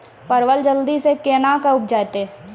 परवल जल्दी से के ना उपजाते?